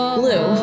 blue